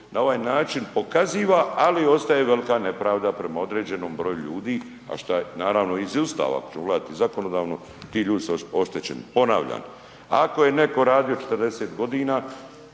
Na ovaj način pokaziva, ali ostaje velika nepravda prema određenom broju ljudi, a šta naravno iz Ustava proizlazi i zakonodavno ti ljudi su oštećeni. Ponavljam, ako je netko radio 40 godina,